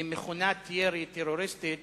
ממכונת ירי טרוריסטית,